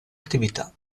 attività